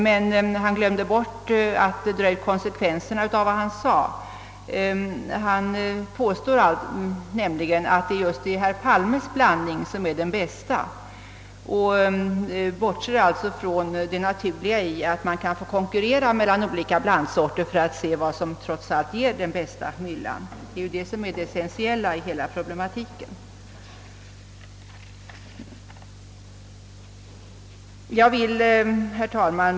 Men han glömde att dra ut konsekvenserna av det sagda. Hans resonemang innebär att det just är herr Palmes blandning som är den bästa och han bortser från det naturliga i att olika blandsorter får konkurrera med varandra för att man skall kunna avgöra vilken mylla som faktiskt är bäst. Det är ju det som är det essentiella i hela problematiken. Herr talman!